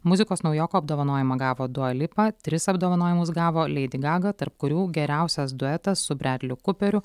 muzikos naujoko apdovanojimą gavo dua lipa tris apdovanojimus gavo leidi gaga tarp kurių geriausias duetas su bredliu kuperiu